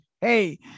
Hey